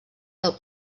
del